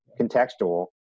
contextual